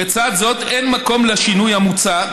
לצד זאת, אין מקום לשינוי המוצע.